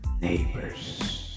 Neighbors